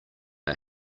are